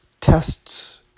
tests